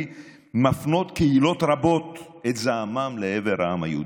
מפנות קהילות רבות את זעמן לעבר העם היהודי.